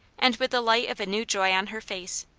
and with the light of a new joy on her face.